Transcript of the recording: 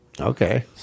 Okay